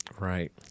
Right